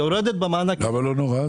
למה לא נורא?